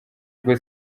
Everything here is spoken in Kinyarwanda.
ubwo